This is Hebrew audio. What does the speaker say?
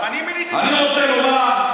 אני מיניתי את מנדלבליט?